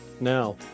Now